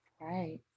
Right